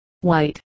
white